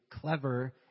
clever